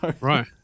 Right